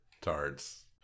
tarts